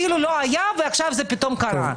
כאילו לא היה ועכשיו זה פתאום קרה.